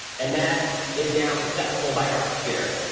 and that is now accessible by our computer.